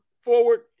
forward